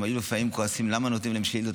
שהיו לפעמי כועסים למה נותנים להם שאילתות,